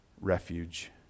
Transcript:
refuge